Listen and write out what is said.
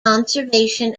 conservation